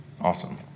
Awesome